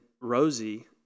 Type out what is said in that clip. Rosie